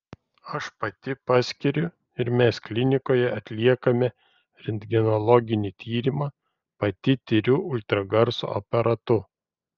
aš pati paskiriu ir mes klinikoje atliekame rentgenologinį tyrimą pati tiriu ultragarso aparatu